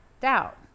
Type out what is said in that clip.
Doubt